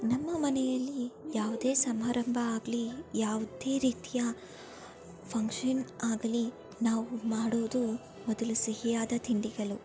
ನಮ್ಮ ಮನೆಯಲ್ಲಿ ಯಾವುದೇ ಸಮಾರಂಭ ಆಗಲಿ ಯಾವುದೇ ರೀತಿಯ ಫಂಕ್ಷನ್ ಆಗಲಿ ನಾವು ಮಾಡೋದು ಮೊದಲು ಸಿಹಿಯಾದ ತಿಂಡಿಗಳು